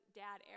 dad